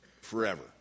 forever